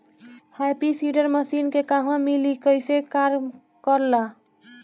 Happy seeder machine के कहवा मिली कैसे कार कर ला?